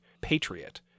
patriot